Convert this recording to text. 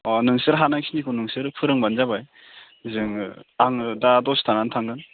अ नोंसोर हानायखिनिखौ नोंसोरो फोरोंबानो जाबाय जोङो आङो दा दसे थानानै थांगोन